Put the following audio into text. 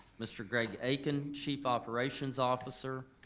mr. greg akin chief operations officer,